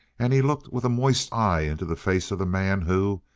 and he looked with a moist eye into the face of the man who,